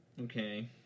Okay